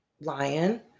lion